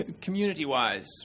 community-wise